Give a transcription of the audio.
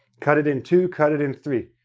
cut it in two, cut it in three,